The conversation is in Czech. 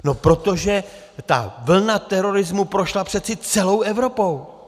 No protože ta vlna terorismu prošla přece celou Evropou.